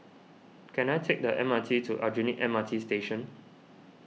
can I take the M R T to Aljunied M R T Station